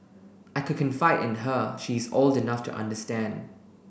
I could confide in her she is old enough to understand